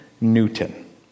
Newton